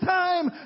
time